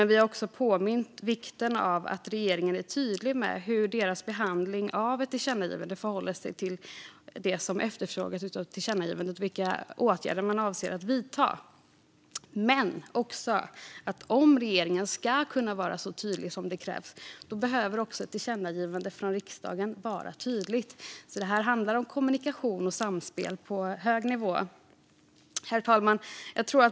Vi har påmint om vikten av att regeringen är tydlig med hur dess behandling av ett tillkännagivande förhåller sig till det som efterfrågas i tillkännagivandet och med vilka åtgärder man avser att vidta. Vi har dock också sagt att ett tillkännagivande från riksdagen behöver vara tydligt om regeringen ska kunna vara så tydlig som det krävs. Detta handlar om kommunikation och samspel på hög nivå. Herr talman!